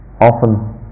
often